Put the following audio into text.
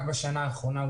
רק בשנה האחרונה,